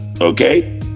okay